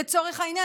לצורך העניין,